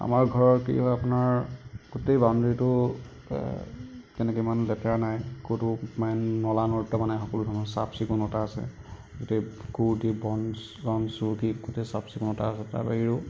আমাৰ ঘৰৰ কি হয় আপোনাৰ গোটেই বাউণ্ডেৰীটো তেনেকৈ ইমান লেতেৰা নাই ক'তো মানে নলা নৰ্দমা নাই সকলোধৰণৰ চাফ চিকুণতা আছে গোটেই বন চন চুৰুকি গোটেই চাফ চিকুণতা আছে তাৰ বাহিৰেও